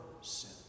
sin